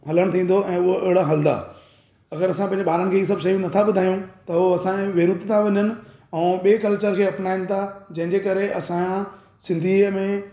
हलणु थींदो ऐं उहो अहिड़ा हलंदा अगरि असां पंहिंजे ॿारनि खे इहे सभु शयूं नथां ॿुधायूं त उहो असांजे विरुद्ध था वञनि ऐं ॿिए कल्चर खे अपनाइनि था जंहिंजे करे असां सिंधीअ में